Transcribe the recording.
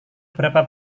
berapa